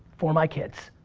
for my kids,